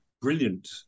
brilliant